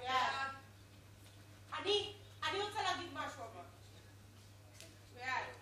חוק שחרור על-תנאי ממאסר (תיקון מס' 17,